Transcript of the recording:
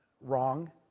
Wrong